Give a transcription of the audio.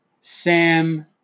Sam